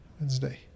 Wednesday